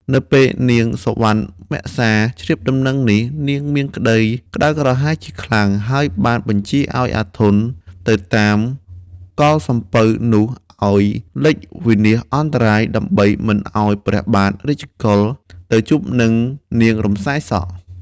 នៅពេលនាងសុវណ្ណមសា ជ្រាបដំណឹងនេះ នាងមានក្ដីក្ដៅក្រហាយជាខ្លាំង ហើយបានបញ្ជាឲ្យអាធន់ទៅតាមកល់សំពៅនោះឲ្យលិចវិនាសអន្តរាយ ដើម្បីមិនឲ្យព្រះបាទ រាជកុល ទៅជួបនឹងនាង រំសាយសក់។